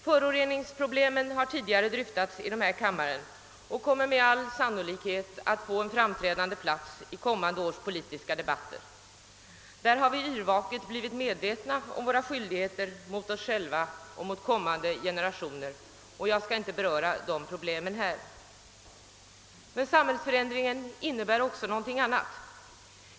Föroreningsproblemet har tidigare dryftats i kammaren och kommer med all sannolikhet att få en framträdande plats i kommande års riksdagsdebatter. Där har vi yrvaket blivit medvetna om våra skyldigheter mot oss själva och kommande generationer, och jag skall inte nu beröra de problemen. Men samhällsförändringen innebär också någonting annat.